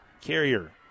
Carrier